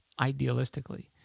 idealistically